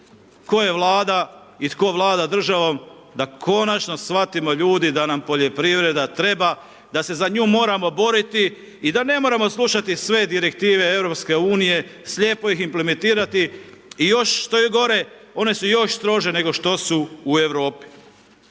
tko je vlada i tko vlada državom da konačno shvatimo ljudi da nam poljoprivreda treba, da se za nju moramo boriti i da ne moramo slušati sve direktive EU , slijepo ih implementirati i još što je gore, one su još strože nego što su u Europi.